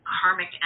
karmic